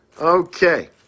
Okay